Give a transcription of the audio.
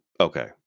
Okay